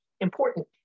important